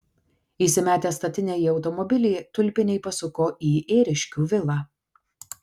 įsimetę statinę į automobilį tulpiniai pasuko į ėriškių vilą